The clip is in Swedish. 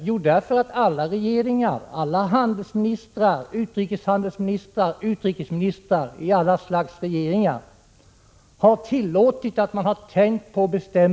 Jo, därför att alla handelsministrar, utrikeshandelsministrar och utrikesministrar i alla slags regeringar har tillåtit att bestämmelserna har tänjts.